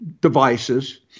Devices